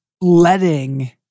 letting